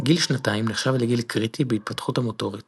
גיל שנתיים נחשב לגיל קריטי בהתפתחות המוטורית